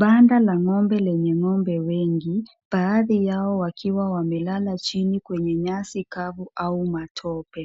Banda la ng'ombe lenye ng'ombe wengi. Baadhi yao wakiwa wamelala chini kwenye nyasi kavu au matope.